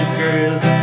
girls